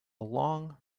long